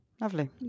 Lovely